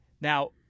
Now